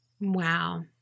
Wow